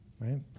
Right